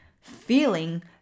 feeling